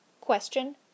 Question